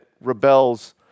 rebels